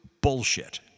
bullshit